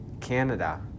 Canada